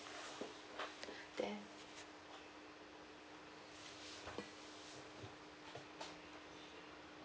then